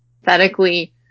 aesthetically